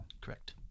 Correct